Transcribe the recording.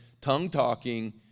tongue-talking